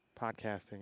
podcasting